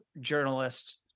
journalists